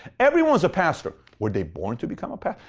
everyone's a pastor. were they born to become a pastor?